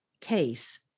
case